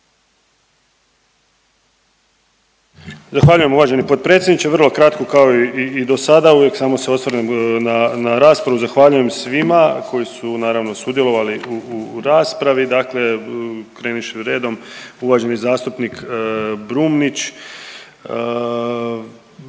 Zahvaljujem uvaženi potpredsjedniče, vrlo kratko kao i do sada, uvijek samo se osvrnem na raspravu. Zahvaljujem svima koji su naravno, sudjelovali u raspravi. Dakle krenuvši redom, uvaženi zastupnik Brumnić,